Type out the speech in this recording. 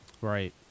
Right